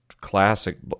classic